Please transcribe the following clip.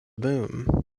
boom